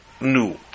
new